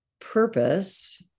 purpose